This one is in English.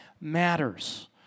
matters